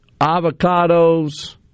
avocados